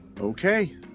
okay